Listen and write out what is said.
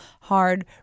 hard